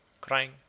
crying